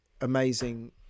amazing